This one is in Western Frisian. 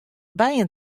bijen